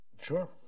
Sure